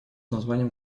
названием